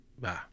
Bye